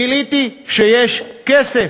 גיליתי שיש כסף.